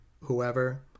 whoever